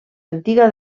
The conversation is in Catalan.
antiga